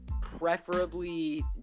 preferably